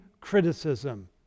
criticism